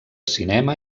cinema